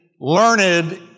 learned